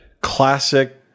classic